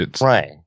Right